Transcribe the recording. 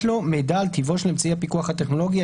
לו מידע על טיבו של אמצעי הפיקוח הטכנולוגי,